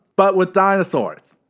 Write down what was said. but with dinosaurs.